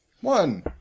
One